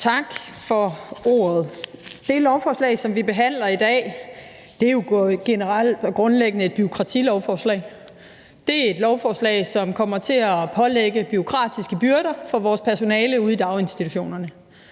Tak for ordet. Det lovforslag, som vi behandler i dag, er jo generelt og grundlæggende et bureaukratilovforslag. Det er et lovforslag, som kommer til at pålægge bureaukratiske byrder for vores personale ude i daginstitutionerne.